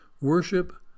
worship